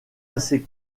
assez